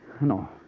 No